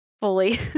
fully